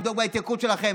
תבדוק בהתייקרות אצלכם.